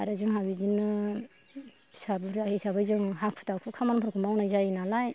आरो जोंहा बिदिनो फिसा बुरजा हिसाबै जों हाखु दाखु खामानिफोरखौ मावनाय जायो नालाय